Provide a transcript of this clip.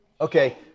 Okay